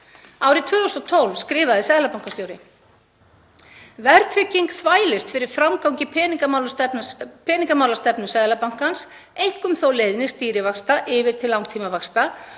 Árið 2012 skrifaði seðlabankastjóri: „Verðtrygging þvælist fyrir framgangi peningamálastefnu Seðlabankans, einkum þó leiðni stýrivaxta yfir til langtímavaxta